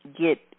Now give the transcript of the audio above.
get